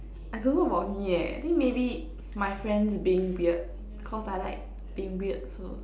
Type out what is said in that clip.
I don't know about me leh I think maybe my friends being weird cause I like being weird also